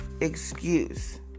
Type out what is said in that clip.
excuse